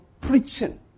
preaching